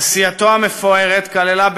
עשייתו המפוארת כללה,